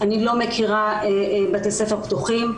אני לא מכירה בתי ספר פתוחים.